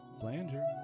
flanger